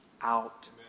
out